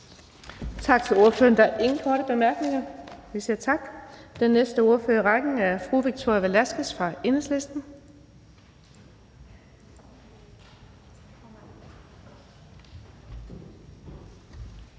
Tak til ordføreren. Der er ingen korte bemærkninger, så vi siger tak. Den næste ordfører i rækken er fru Victoria Velasquez fra Enhedslisten.